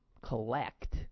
collect